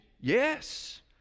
Yes